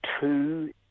two